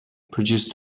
produced